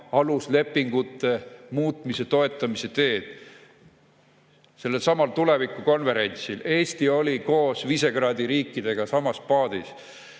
aluslepingute muutmise toetamise teed sellelsamal tulevikukonverentsil. Eesti oli koos Visegrádi riikidega samas paadis.